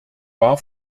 war